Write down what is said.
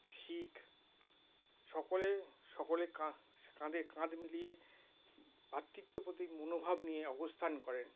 শিখ সকলে সকলের কাঁধে কাঁধ মিলিয়ে ভ্রাতৃত্ব প্রতীক মনোভাব নিয়ে অবস্থান করেন